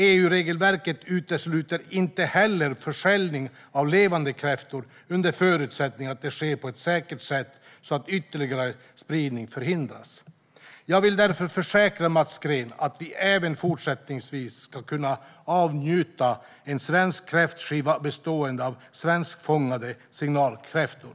EU-regelverket utesluter inte heller försäljning av levande kräftor under förutsättning att det sker på ett säkert sätt så att ytterligare spridning förhindras. Jag vill därför försäkra Mats Green att vi även fortsättningsvis ska kunna avnjuta en svensk kräftskiva bestående av svenskfångade signalkräftor.